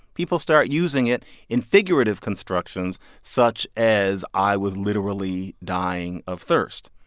people start using it in figurative constructions such as i was literally dying of thirst.